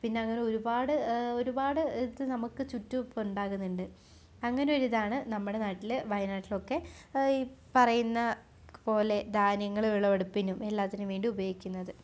പിന്നങ്ങനെ ഒരുപാട് ഒരുപാട് നമുക്ക് ചുറ്റും ഇപ്പോൾ ഉണ്ടാകുന്നുണ്ട് അങ്ങനെ ഒരു ഇതാണ് നമ്മുടെ നാട്ടിൽ വയനാട്ടിൽ ഒക്കെ ഈ പറയുന്ന പോലെ ധാന്യങ്ങൾ വിളവെടുപ്പിനും എല്ലാത്തിനും വേണ്ടി ഉപയോഗിക്കുന്നത്